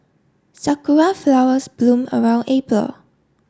sakura flowers bloom around April